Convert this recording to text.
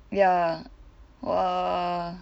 ya ya lah ya lah